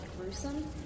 gruesome